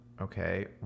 Okay